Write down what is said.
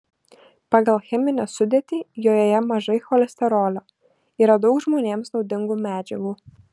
pagal cheminę sudėtį joje mažai cholesterolio yra daug žmonėms naudingų medžiagų